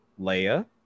Leia